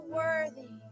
worthy